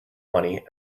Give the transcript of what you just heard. money